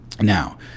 now